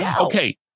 okay